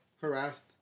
harassed